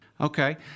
okay